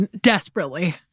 desperately